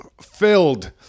filled